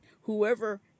Whoever